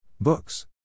Books